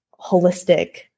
holistic